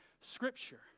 Scripture